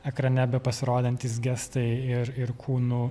ekrane bepasirodantys gestai ir ir kūnų